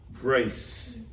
grace